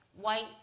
white